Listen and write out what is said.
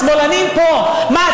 השמאלנים פה: מה,